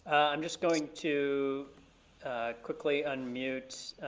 i'm just going to quickly unmute, i